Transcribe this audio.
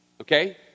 Okay